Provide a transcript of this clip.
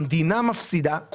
המדינה מפסידה מזה,